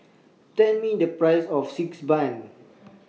Tell Me The Price of Xi Ban